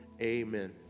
Amen